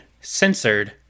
censored